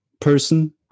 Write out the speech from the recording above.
person